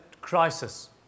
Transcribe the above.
crisis